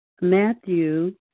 Matthew